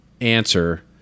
answer